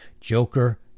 Joker